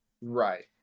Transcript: Right